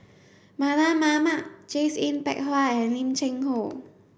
Mardan Mamat Grace Yin Peck Ha and Lim Cheng Hoe